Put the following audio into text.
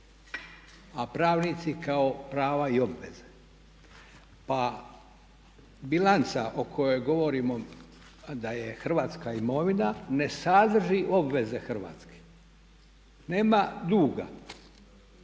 a pravnici kao prava i obveze. Pa bilanca o kojoj govorimo a da je Hrvatska imovina ne sadrži obveze Hrvatske, nema duga.